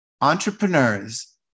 entrepreneurs